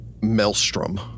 maelstrom